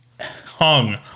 hung